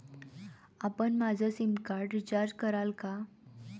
आपण माझं sim card recharge कराल का?